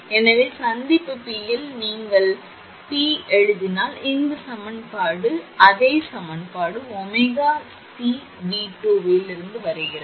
எனவே சந்திப்பு P யில் நீங்கள் சந்திப்பு P இல் எழுதினால் இந்த சமன்பாடு அது அதே சமன்பாடு 𝜔𝐶𝑉2 இலிருந்து வருகிறது